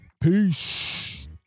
Peace